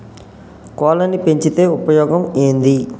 కోళ్లని పెంచితే ఉపయోగం ఏంది?